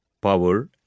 power